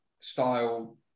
style